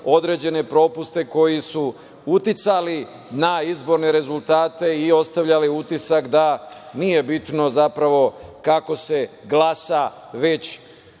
određene propuste koji su uticali na izborne rezultate i ostavljali utisak da nije bitno zapravo kako se glasa, već